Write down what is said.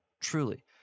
truly